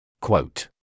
Quote